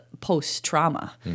post-trauma